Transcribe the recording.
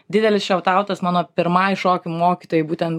didelis šautautas mano pirmai šokių mokytojai būtent